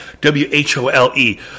W-H-O-L-E